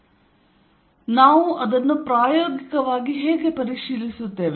F2 14π0q1q2r122r12 ನಾವು ಅದನ್ನು ಪ್ರಾಯೋಗಿಕವಾಗಿ ಹೇಗೆ ಪರಿಶೀಲಿಸುತ್ತೇವೆ